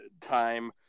time